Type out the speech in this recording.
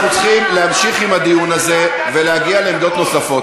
אנחנו צריכים להמשיך בדיון הזה ולהגיע לעמדות נוספות.